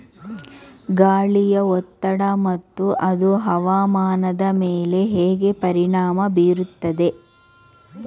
ಗಾಳಿಯ ಒತ್ತಡ ಮತ್ತು ಅದು ಹವಾಮಾನದ ಮೇಲೆ ಹೇಗೆ ಪರಿಣಾಮ ಬೀರುತ್ತದೆ?